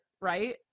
right